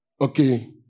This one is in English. Okay